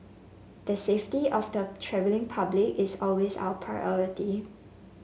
the safety of the travelling public is always our priority